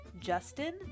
Justin